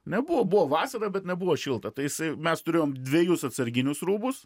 nebuvo buvo vasara bet nebuvo šilta tai jisai mes turėjom dvejus atsarginius rūbus